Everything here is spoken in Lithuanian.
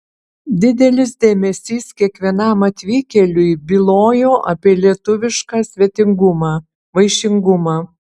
didelis dėmesys kiekvienam atvykėliui bylojo apie lietuvišką svetingumą vaišingumą